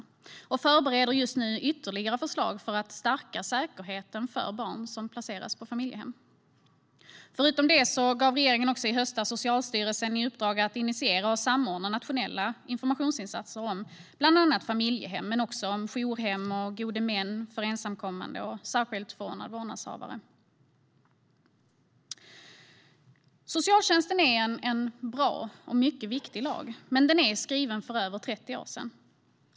Dessutom förbereder regeringen just nu ytterligare förslag för att stärka säkerheten för barn som placeras på familjehem. Förutom det gav regeringen i höstas Socialstyrelsen i uppdrag att initiera och samordna nationella informationsinsatser om bland annat familjehem men också jourhem, gode män för ensamkommande och särskilt förordnade vårdnadshavare. Socialtjänstlagen är en bra och mycket viktig lag, men den är skriven för över 30 år sedan.